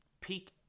peak